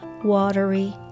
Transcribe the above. watery